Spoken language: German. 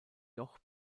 joch